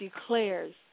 declares